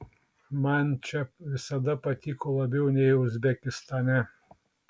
man čia visada patiko labiau nei uzbekistane